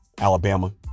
Alabama